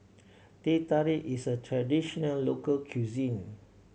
Teh Tarik is a traditional local cuisine